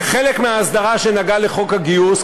כחלק מההסדרה שנגעה לחוק הגיוס,